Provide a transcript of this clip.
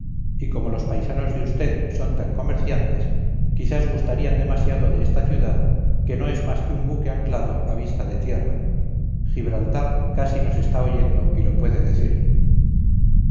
y como los paisanos de usted son tan comerciantes quizás gustarían demasiado de esta ciudad que no es más que un buque anclado a vista de tierra gibraltar casi nos está oyendo y lo puede decir